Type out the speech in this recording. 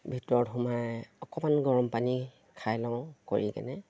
ভিতৰত সোমাই অকমান গৰম পানী খাই লওঁ কৰি কেনে